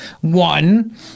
one